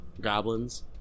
goblins